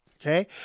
Okay